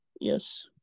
Yes